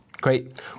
Great